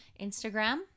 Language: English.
Instagram